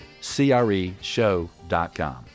CREshow.com